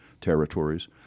territories